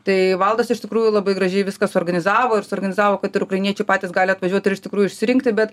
tai valdas iš tikrųjų labai gražiai viską suorganizavo ir suorganizavo kad ir ukrainiečiai patys gali atvažiuoti ir iš tikrųjų išsirinkti bet